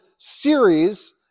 series